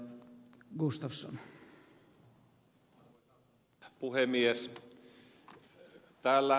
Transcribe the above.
täällä ed